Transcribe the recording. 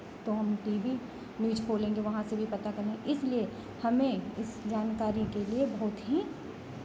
तो हम T V news खोलेंगे वहाँ से भी पता कर लेंगे इसलिए हमें इस जानकारी के लिए बहुत ही